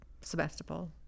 Sebastopol